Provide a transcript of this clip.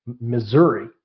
Missouri